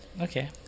okay